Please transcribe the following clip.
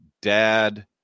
dad